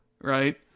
right